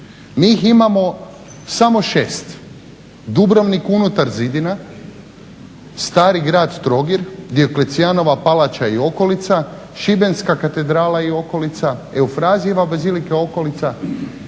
Mi ih imamo samo 6. Dubrovnik unutar zidina, Stari grad Trogir, Dioklecijanova palača i okolica, Šibenska katedrala i okolica, Eufrazijeva bazilika i okolica